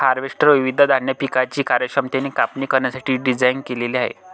harvester विविध धान्य पिकांची कार्यक्षमतेने कापणी करण्यासाठी डिझाइन केलेले आहे